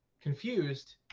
Confused